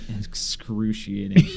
Excruciating